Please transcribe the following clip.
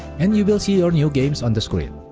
and you will see your new games on the screen.